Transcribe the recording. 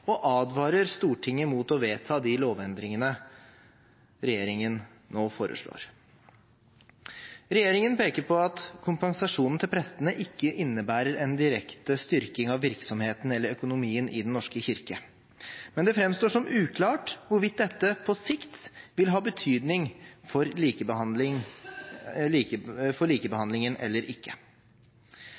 og advarer Stortinget mot å vedta de lovendringene regjeringen nå foreslår. Regjeringen peker på at kompensasjonen til prestene ikke innebærer en direkte styrking av virksomheten eller økonomien i Den norske kirke, men det framstår som uklart hvorvidt dette på sikt vil ha betydning for likebehandlingen eller ikke.